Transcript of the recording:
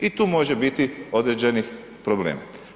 I tu može biti određenih problema.